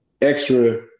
extra